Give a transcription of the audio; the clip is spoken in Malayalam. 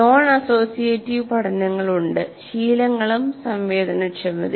നോൺ അസ്സോസിയേറ്റീവ് പഠനങ്ങൾ രണ്ട് ശീലങ്ങളും സംവേദനക്ഷമതയും